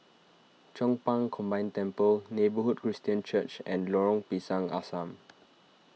Chong Pang Combined Temple Neighbourhood Christian Church and Lorong Pisang Asam